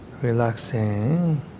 relaxing